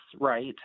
right